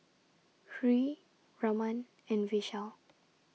Hri Raman and Vishal